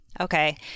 okay